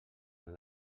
amb